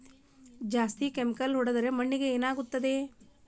ಜಾಸ್ತಿ ಕೆಮಿಕಲ್ ಹೊಡೆದ್ರ ಮಣ್ಣಿಗೆ ಏನಾಗುತ್ತದೆ?